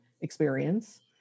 experience